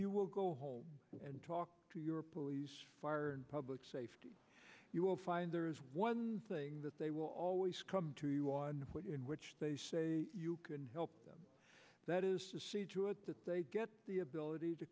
you will go home and talk to your police fire and public safety you will find there is one thing that they will always come to you on what in which they say you can help them that is to see to it that they get the ability to